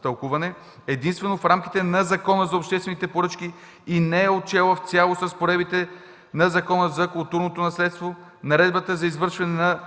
тълкуване единствено в рамките на Закона за обществените поръчки и не е отчела в цялост разпоредбите на Закона за културното наследство, Наредбата за извършване на